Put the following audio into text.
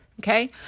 Okay